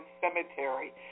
cemetery